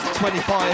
25